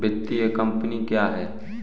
वित्तीय कम्पनी क्या है?